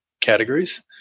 categories